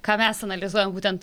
ką mes analizuojam būtent